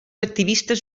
activistes